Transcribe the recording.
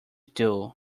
due